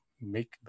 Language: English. make